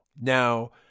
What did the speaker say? Now